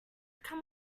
come